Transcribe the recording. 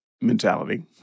mentality